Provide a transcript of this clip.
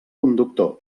conductor